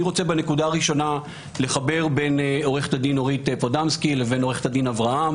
אני רוצה לחבר בין עו"ד פודמסקי לעו"ד אברהם